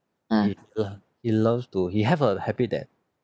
he loves to he have a habbit that